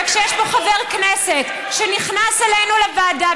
וכשיש פה חבר כנסת שנכנס אלינו לוועדה,